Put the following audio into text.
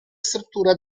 struttura